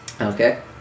Okay